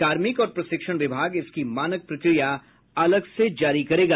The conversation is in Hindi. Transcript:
कार्मिक और प्रशिक्षण विभाग इसकी मानक प्रक्रिया अलग से जारी करेगा